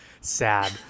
Sad